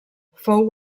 fou